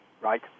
right